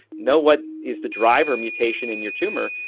know what is the driver mutation in your tumour,